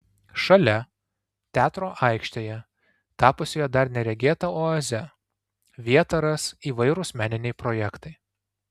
šalia teatro aikštėje tapusioje dar neregėta oaze vietą ras įvairūs meniniai projektai